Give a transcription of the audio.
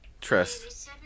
Trust